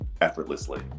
effortlessly